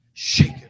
Shake